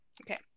Okay